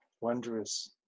wondrous